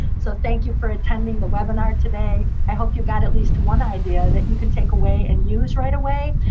so thank you for attending the webinar today. i hope you got at least one idea that you can take away and use right away.